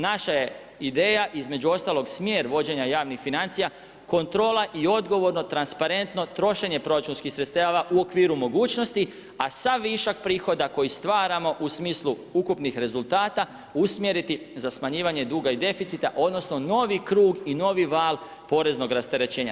Naša je ideja između ostalog smjer vođenja javnih financija kontrola i odgovorno transparentno trošenje proračunskih sredstava u okviru mogućnosti a sav višak prihoda koji stvaramo u smislu ukupnih rezultata usmjeriti za smanjivanje duga i deficita, odnosno novi krug i novi val poreznog rasterećenja.